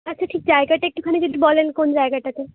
আচ্ছা ঠিক জায়গাটা একটুখানি যদি বলেন কোন জায়গাটাতে